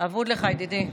ועדת החוקה,